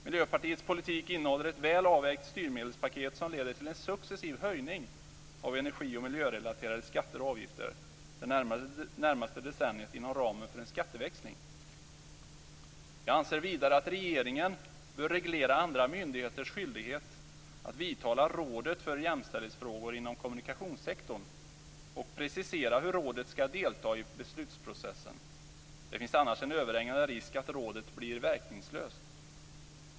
Miljöpartiets politik innehåller ett väl avvägt styrmedelspaket som leder till en successiv höjning av energi och miljörelaterade skatter och avgifter det närmaste decenniet inom ramen för en skatteväxling. Jag anser vidare att regeringen bör reglera andra myndigheters skyldighet att vidtala rådet för jämställdhetsfrågor inom kommunikationssektorn och precisera hur rådet skall delta i beslutsprocessen. Det finns annars en överhängande risk att rådet blir verkningslöst.